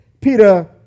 Peter